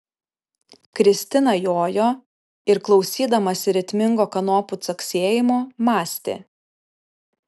kristina jojo ir klausydamasi ritmingo kanopų caksėjimo mąstė